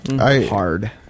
Hard